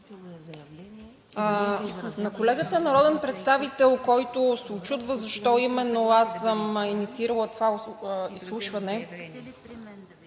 На колегата народен представител, който се учудва защо именно аз съм инициирала това изслушване,